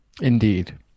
indeed